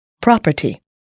property